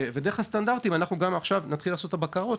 דרך הסטנדרטים אנחנו גם נתחיל עכשיו לעשות את הבקרות,